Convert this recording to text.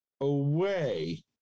away